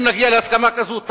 אם נגיע להסכמה כזאת,